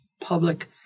public